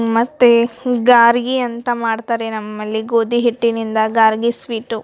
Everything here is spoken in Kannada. ಮತ್ತು ಗಾರ್ಗಿ ಅಂತ ಮಾಡ್ತಾರೆ ನಮ್ಮಲ್ಲಿ ಗೋದಿ ಹಿಟ್ಟಿನಿಂದ ಗಾರ್ಗಿ ಸ್ವೀಟು